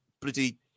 bloody